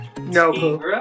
No